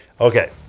Okay